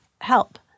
help